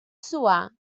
suar